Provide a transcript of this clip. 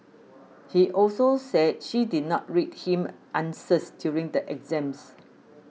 he also said she did not read him answers during the exams